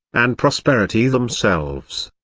and prosperity themselves.